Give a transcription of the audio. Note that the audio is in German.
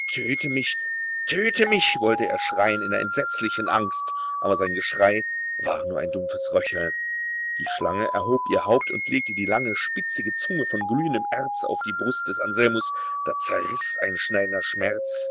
töte mich töte mich wollte er schreien in der entsetzlichen angst aber sein geschrei war nur ein dumpfes röcheln die schlange erhob ihr haupt und legte die lange spitzige zunge von glühendem erz auf die brust des anselmus da zerriß ein schneidender schmerz